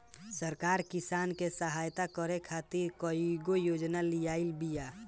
सरकार किसान के सहयता करे खातिर कईगो योजना लियाइल बिया